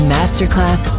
Masterclass